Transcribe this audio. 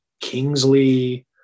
Kingsley